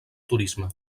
turisme